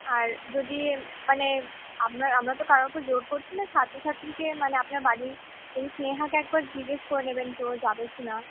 আর যদি মানে আমরা আমরা তো কারো উপর জোর করছি না ছাত্রছাত্রীকে মানে আপনার বাড়ির স্নেহাকে একবার জিজ্ঞাসা করে নেবেন যে ও যাবে কি না